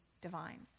divine